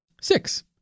Six